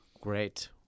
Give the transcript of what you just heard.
Great